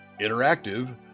interactive